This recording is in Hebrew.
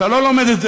אתה לא לומד את זה,